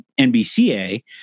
NBCA